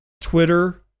Twitter